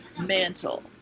mantle